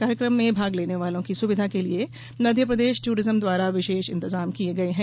कार्यक्रम में भाग लेने वालों की सुविधा के लिए मध्यप्रदेश ट्ररिज्म द्वारा विशेष इंतजाम किये गये हैं